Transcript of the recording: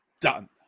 done